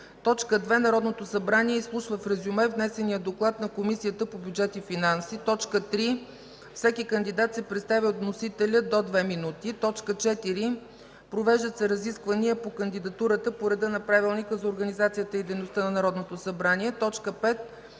2. Народното събрание изслушва в резюме внесения доклад на Комисията по бюджет и финанси. 3. Всеки кандидат се представя от вносителя до две минути. 4. Провеждат се разисквания по кандидатурата по реда на Правилника за организацията